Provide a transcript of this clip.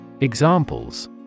Examples